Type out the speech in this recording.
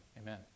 Amen